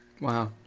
Wow